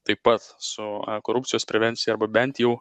taip pat su korupcijos prevencija arba bent jau